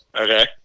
Okay